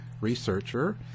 researcher